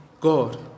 God